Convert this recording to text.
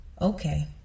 Okay